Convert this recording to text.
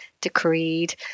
Decreed